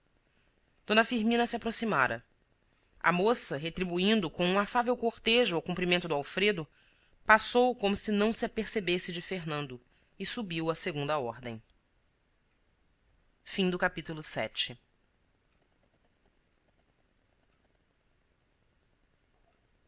d firmina se aproximara a moça retribuindo com um afável cortejo ao cumprimento do alfredo passou como se não se apercebesse de fernando e subiu à segunda ordem